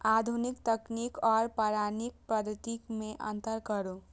आधुनिक तकनीक आर पौराणिक पद्धति में अंतर करू?